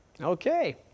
Okay